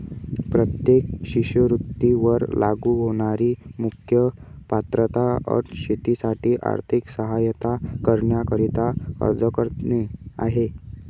प्रत्येक शिष्यवृत्ती वर लागू होणारी मुख्य पात्रता अट शेतीसाठी आर्थिक सहाय्यता करण्याकरिता अर्ज करणे आहे